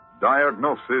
Diagnosis